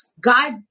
God